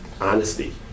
Honesty